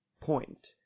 point